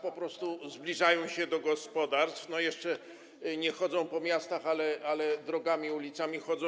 Po prostu zbliżają się do gospodarstw, jeszcze nie chodzą po miastach, ale drogami, ulicami chodzą.